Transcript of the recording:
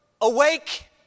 awake